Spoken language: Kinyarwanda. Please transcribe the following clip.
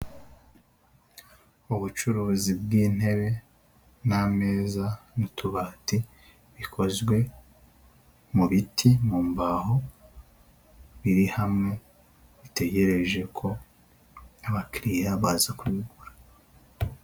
Ubucuruzi bw'intebe, n'ameza, n'utubati, bikozwe mu biti, mu mbaho, biri hamwe bategereje ko abakiriya baza kubigura.